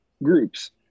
Groups